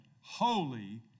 holy